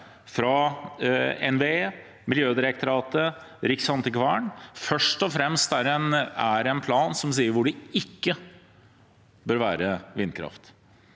fra NVE, Miljødirektoratet og Riksantikvaren – først og fremst er en plan som sier hvor det ikke bør være vindkraft.